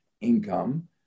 income